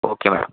okay madam